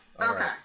Okay